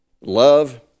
Love